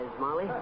Molly